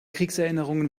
kriegserinnerungen